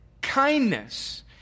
kindness